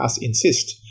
insist